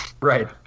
right